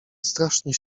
strasznie